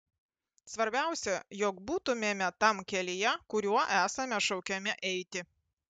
svarbiausia jog būtumėme tam kelyje kuriuo esame šaukiami eiti